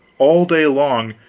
all day long,